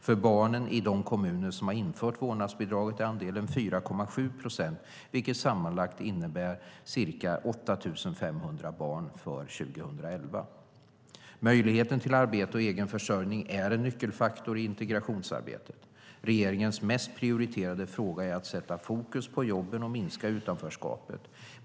För barnen i de kommuner som har infört vårdnadsbidrag är andelen 4,7 procent. Sammanlagt innebär det ca 8 500 barn för år 2011. Möjligheten till arbete och egen försörjning är en nyckelfaktor i integrationsarbetet. Regeringens mest prioriterade fråga är att sätta fokus på jobben och minska utanförskapet.